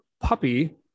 puppy